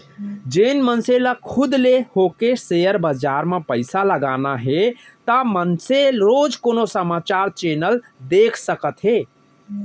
जेन मनसे ल खुद ले होके सेयर बजार म पइसा लगाना हे ता मनसे रोजे कोनो समाचार चैनल देख सकत हे